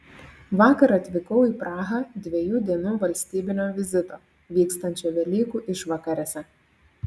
vakar atvykau į prahą dviejų dienų valstybinio vizito vykstančio velykų išvakarėse